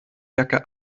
jacke